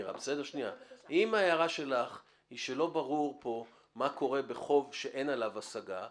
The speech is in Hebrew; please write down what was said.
אם ההערה שלך היא שלא ברור פה מה קורה עם חוב שאין עליו השגה,